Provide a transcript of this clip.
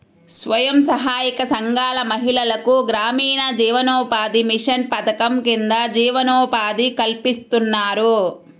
స్వయం సహాయక సంఘాల మహిళలకు గ్రామీణ జీవనోపాధి మిషన్ పథకం కింద జీవనోపాధి కల్పిస్తున్నారు